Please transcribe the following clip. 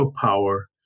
power